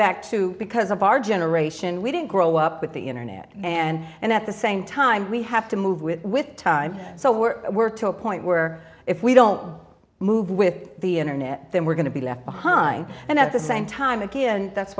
back to because of our generation we didn't grow up with the internet and and at the same time we have to move with with time so we're we're talking point where if we don't move with the internet then we're going to be left behind and at the same time a kid and that's